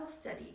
study